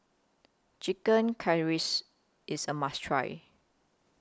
Chicken IS A must Try